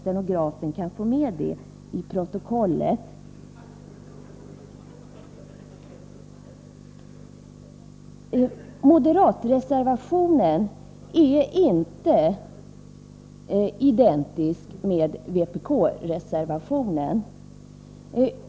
Den moderata reservationen är inte identisk med vpk-reservationen.